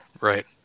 right